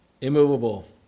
Immovable